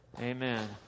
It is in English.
Amen